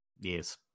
Yes